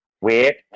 Wait